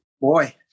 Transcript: Boy